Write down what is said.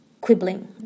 quibbling